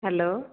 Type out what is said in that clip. hello